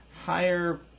higher